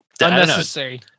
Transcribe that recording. unnecessary